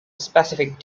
specific